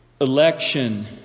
election